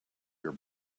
your